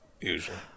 usually